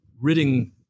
ridding